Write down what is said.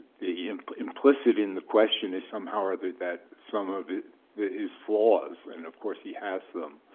the implicit in the question is somehow or other that some of his flaws, and of course he has them,